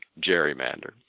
gerrymander